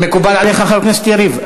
מקובל עליך, חבר הכנסת יריב?